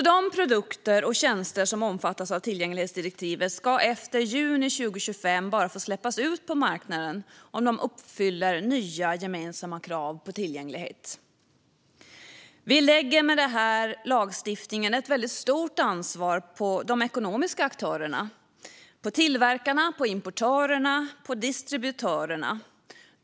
De produkter och tjänster som omfattas av tillgänglighetsdirektivet ska efter juni 2025 bara få släppas ut på marknaden om de uppfyller nya gemensamma krav på tillgänglighet. Vi lägger med denna lagstiftning ett väldigt stort ansvar på de ekonomiska aktörerna, det vill säga på tillverkarna, importörerna och distributörerna.